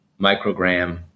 microgram